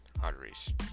arteries